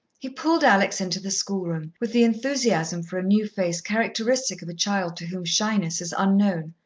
he pulled alex into the schoolroom, with the enthusiasm for a new face characteristic of a child to whom shyness is unknown,